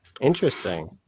interesting